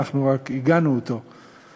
ואנחנו רק עיגנו אותו בתקנון.